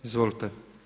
Izvolite.